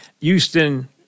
Houston